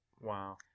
Wow